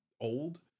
old